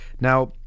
now